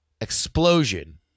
explosion